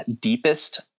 deepest